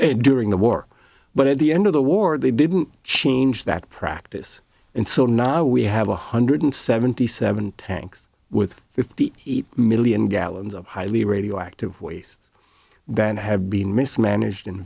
and during the war but at the end of the war they didn't change that practice and so now we have one hundred seventy seven tanks with fifty million gallons of highly radioactive waste that have been mismanaged in